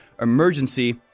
emergency